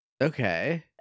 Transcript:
Okay